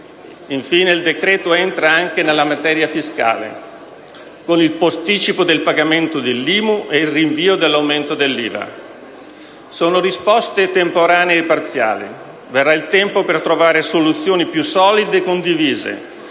il decreto entra anche nella materia fiscale con il posticipo del pagamento dell’IMU e il rinvio dell’aumento dell’IVA. Sono risposte temporanee e parziali: verrail tempo per trovare soluzioni piu solide e condivise,